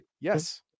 yes